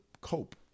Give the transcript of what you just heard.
cope